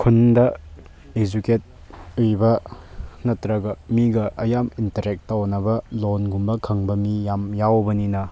ꯈꯨꯟꯗ ꯏꯖꯨꯀꯦꯠ ꯑꯣꯏꯕ ꯅꯠꯇ꯭ꯔꯒ ꯃꯤꯒ ꯌꯥꯝ ꯏꯟꯇꯔꯦꯛ ꯇꯧꯅꯕ ꯂꯣꯟꯒꯨꯝꯕ ꯈꯪꯕ ꯃꯤ ꯌꯥꯝ ꯌꯥꯎꯕꯅꯤꯅ